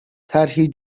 طرحی